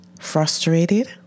Frustrated